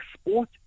sport